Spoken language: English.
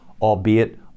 albeit